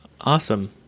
awesome